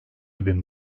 bin